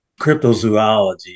cryptozoology